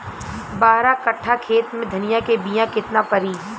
बारह कट्ठाखेत में धनिया के बीया केतना परी?